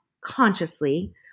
consciously